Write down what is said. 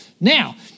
Now